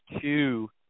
two